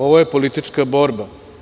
Ovo je politička borba.